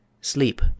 Sleep